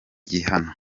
gihano